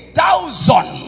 thousand